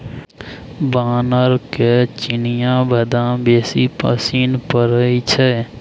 बानरके चिनियाबदाम बेसी पसिन पड़य छै